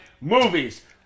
movies